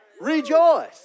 Rejoice